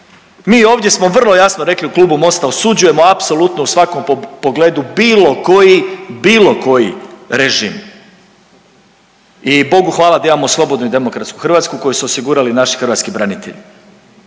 Mi ovdje smo vrlo jasno rekli u Klubu Mosta, osuđujemo apsolutno u svakom pogledu bilo koji, bilo koji režim. I Bogu hvala da imamo slobodnu i demokratsku Hrvatsku koju su osigurali naši hrvatski branitelji.